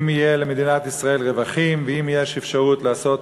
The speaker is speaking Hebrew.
אם יהיו למדינת ישראל רווחים, ואם יש אפשרות לעשות